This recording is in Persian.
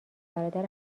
برادر